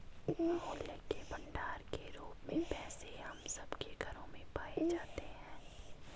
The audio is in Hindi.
मूल्य के भंडार के रूप में पैसे हम सब के घरों में पाए जाते हैं